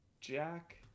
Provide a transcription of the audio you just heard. jack